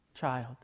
child